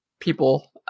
people